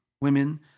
women